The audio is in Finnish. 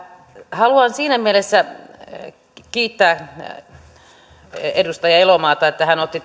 haluan siinä mielessä kiittää edustaja elomaata että hän otti